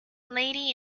lady